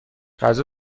غذا